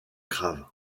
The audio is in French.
grave